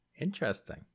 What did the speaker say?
Interesting